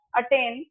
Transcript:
attain